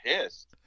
pissed